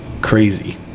Crazy